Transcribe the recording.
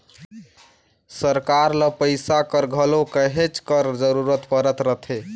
सरकार ल पइसा कर घलो कहेच कर जरूरत परत रहथे